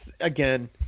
Again